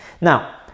now